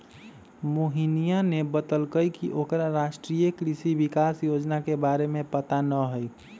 मोहिनीया ने बतल कई की ओकरा राष्ट्रीय कृषि विकास योजना के बारे में पता ना हई